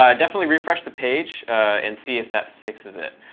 ah definitely refresh the page and see if that fixes it.